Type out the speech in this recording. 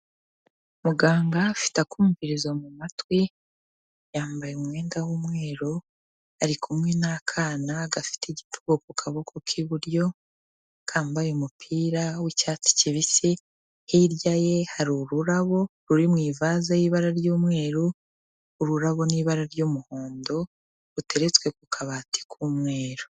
Muganga afite akumvizo mu matwi, yambaye umwenda w'umweru, ari kumwe n'akana gafite igipfuko ku kaboko k'iburyo kambaye umupira w'icyatsi kibisi, hirya ye hari ururabo ruri mu ivaze y'ibara ry'umweru, ururabo ni ibara ry'umuhondo ruteretswe ku kabati k'umweru.